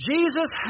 Jesus